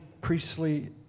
priestly